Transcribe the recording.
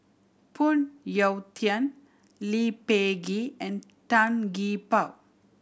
Phoon Yew Tien Lee Peh Gee and Tan Gee Paw